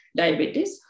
diabetes